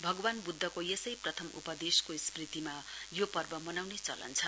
भगवान बुद्धको यसै प्रथम उपदेशको स्मृतिमा यो पर्व मनाउने चलन छ